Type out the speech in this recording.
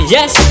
Yes